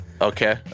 Okay